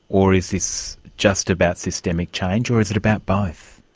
or is this just about systemic change, or is it about both?